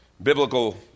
Biblical